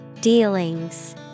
Dealings